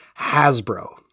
Hasbro